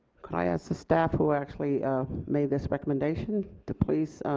i asked the staff who actually made this recommendation to please.